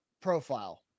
profile